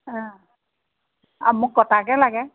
অঁ মোক কটাকে লাগে